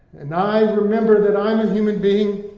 and i remember that i am a human being,